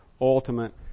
ultimate